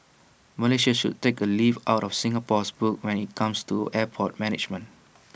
Malaysia should take A leaf out of Singapore's book when IT comes to airport management